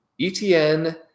Etn